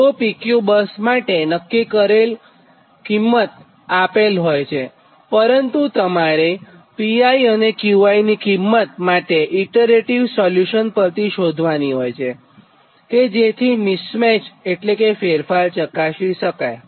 તો PQ bus માટે નક્કી કરેલ કિંમત આપેલ હોય છે પરંતુ તમારે Pi અને Qi ની કિંમત તમારે ઇટરેટીવ સોલ્યુશન પરથી શોધવાની હોય કે જેથી મિસ મેચ એટલે કે ફેરફાર ચકાસી શકાય